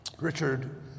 Richard